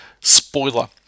spoiler